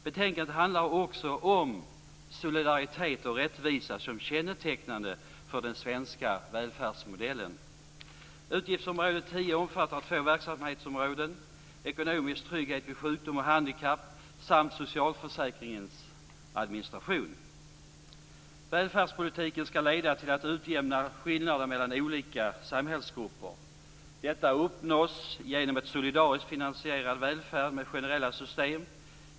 Betänkandet handlar också om solidaritet och rättvisa som kännetecknande för den svenska välfärdsmodellen. Utgiftsområde 10 omfattar två verksamhetsområden; ekonomisk trygghet vid sjukdom och handikapp samt socialförsäkringens administration. Välfärdspolitiken skall leda till att man utjämnar skillnader mellan olika samhällsgrupper. Detta uppnås genom en solidariskt finansierad välfärd med generella system.